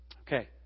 Okay